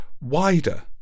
wider